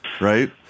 Right